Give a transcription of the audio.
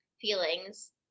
feelings